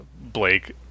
Blake